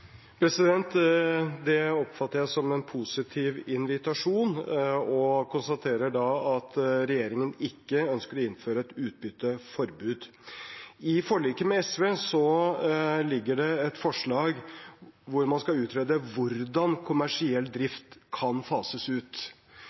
Det oppfatter jeg som en positiv invitasjon og konstaterer da at regjeringen ikke ønsker å innføre et utbytteforbud. I forliket med SV ligger det et forslag hvor man skal utrede hvordan kommersiell drift kan fases ut.